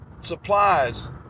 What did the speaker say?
supplies